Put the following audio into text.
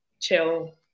chill